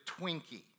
twinkie